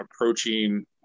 approaching